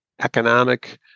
economic